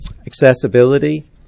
Accessibility